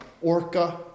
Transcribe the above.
orca